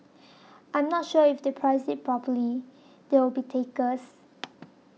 I'm not sure if they price it properly there will be takers